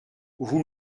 vous